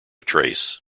trace